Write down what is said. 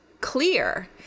clear